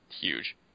huge